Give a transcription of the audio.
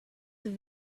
have